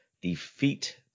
defeat